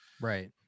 right